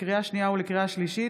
לקריאה שנייה ולקריאה שלישית: